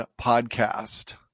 podcast